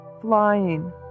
flying